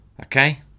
Okay